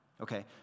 Okay